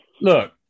look